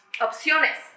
opciones